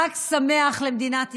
חג שמח למדינת ישראל,